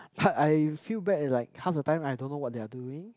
but I feel bad like half the time I don't know what they are doing